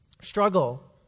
struggle